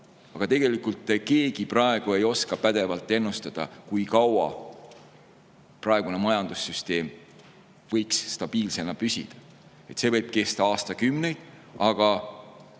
Aga tegelikult keegi ei oska pädevalt ennustada, kui kaua praegune majandussüsteem võiks stabiilsena püsida. See võib kesta aastakümneid, aga